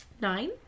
Nine